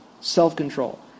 Self-control